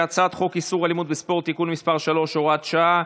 חוק איסור אלימות בספורט (תיקון מס' 3 והוראת שעה),